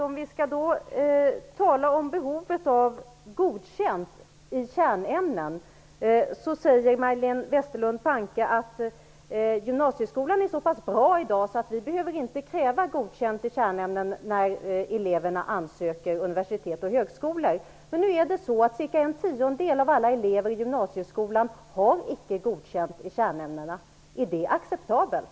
Om vi skall tala om behovet av att ha godkänt i kärnämnen, säger Majléne Westerlund Panke att gymnasieskolan i dag är så pass bra att vi inte behöver kräva godkänt i kärnämnen när eleverna söker till universitet och högskolor. Men nu är det så att cirka en tiondel av alla elever i gymnasieskolan icke har godkänt i kärnämnena. Är det acceptabelt?